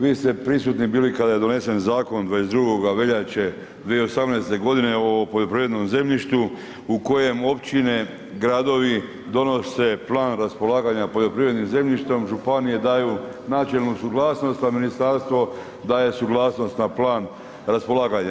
Vi ste prisutni bili kada je donesen zakon 22. veljače 2018. g. o poljoprivrednom zemljištu u kojemu općine, gradovi, donose plan raspolaganja poljoprivrednim zemljištem, županije daju načelnu suglasnost, a ministarstvo daje suglasnost na plan raspolaganja.